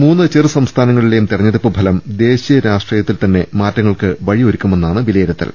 മൂന്ന് ചെറു സംസ്ഥാന ങ്ങളിലെയും തെരഞ്ഞെടുപ്പ് ഫലം ദേശീയ രാഷ്ട്രീയത്തിൽതന്നെ മാറ്റ ങ്ങൾക്ക് വഴിയൊരുക്കുമെന്നാണ് വിലയിരുത്തൽ